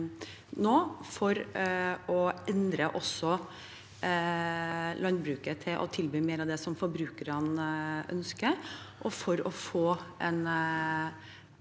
nå, for å endre landbruket til å tilby mer av det forbrukerne ønsker, eller for å få et